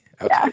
Okay